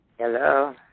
Hello